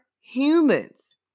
humans